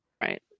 Right